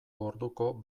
orduko